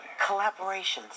Collaborations